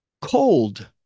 cold